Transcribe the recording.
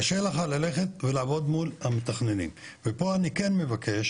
קשה לך ללכת ולעבוד מול המתכננים ופה אני כן מבקש